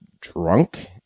drunk